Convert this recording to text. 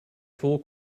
full